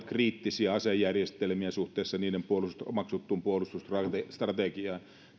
kriittisiä asejärjestelmiä suhteessa niiden omaksuttuun puolustusstrategiaan